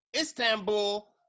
Istanbul